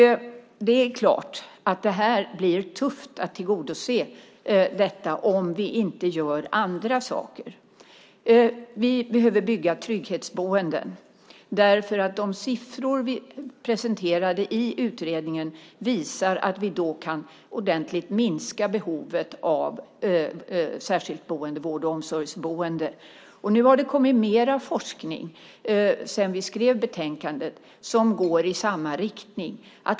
Det är klart att det blir tufft att tillgodose detta om vi inte gör andra saker. Vi behöver bygga trygghetsboenden, därför att de siffror vi presenterade i utredningen visar att vi då ordentligt kan minska behovet av särskilt boende, vård och omsorgsboende. Det har kommit mera forskning sedan vi skrev betänkandet som går i samma riktning.